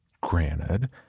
Granted